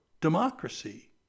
democracy